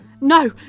No